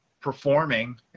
performing